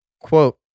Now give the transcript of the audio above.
quote